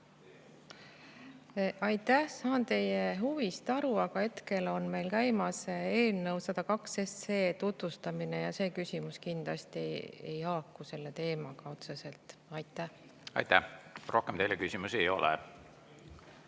Aitäh! Saan teie huvist aru, aga hetkel on meil käimas eelnõu 102 tutvustamine ja see küsimus kindlasti selle teemaga otseselt ei haaku. Aitäh! Rohkem teile küsimusi ei ole.